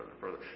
further